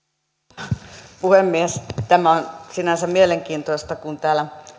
arvoisa puhemies tämä on sinänsä mielenkiintoista kun täällä